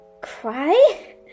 cry